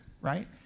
right